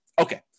Okay